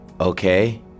Okay